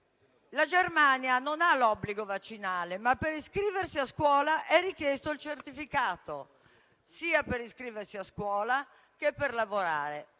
la Germania non ha l'obbligo vaccinale, ma per iscriversi a scuola è richiesto il certificato (sia per iscriversi a scuola che per lavorare).